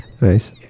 Nice